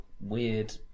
weird